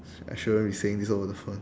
I shouldn't be saying this over the phone